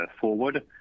forward